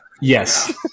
Yes